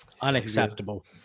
Unacceptable